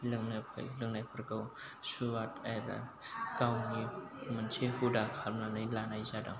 लोंनाय लोंनायफोरखौ सुवाद आरो गावनि मोनसे हुदा खालामनानै लानाय जादों